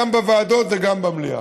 גם בוועדות וגם במליאה.